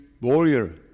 warrior